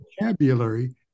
vocabulary